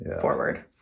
forward